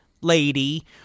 lady